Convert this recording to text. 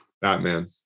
Batman